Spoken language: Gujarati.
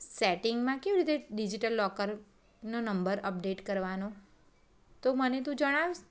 સેટિંગમાં કેવી રીતે ડિઝિટલ લૉકરનો નંબર અપડેટ કરવાનો તો મને તું જણાવીશ